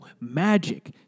Magic